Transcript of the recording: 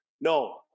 No